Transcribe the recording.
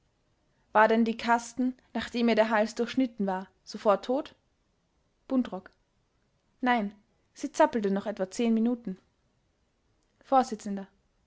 war denn die kasten nachdem ihr der hals durchschnitten war sofort tot buntrock nein sie zappelte noch etwa zehn minuten